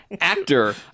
actor